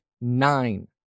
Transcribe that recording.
nine